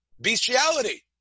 bestiality